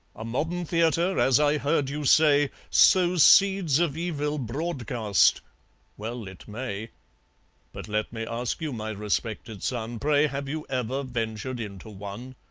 a modern theatre, as i heard you say, sows seeds of evil broadcast well it may but let me ask you, my respected son, pray, have you ever ventured into one?